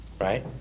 right